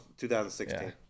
2016